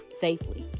safely